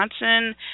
Johnson